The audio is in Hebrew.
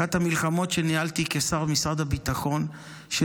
אחת המלחמות שניהלתי כשר במשרד הביטחון הייתה